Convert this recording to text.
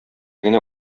генә